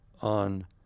on